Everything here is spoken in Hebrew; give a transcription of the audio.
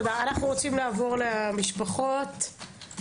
נעבור למשפחות.